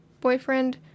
boyfriend